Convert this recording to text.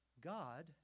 God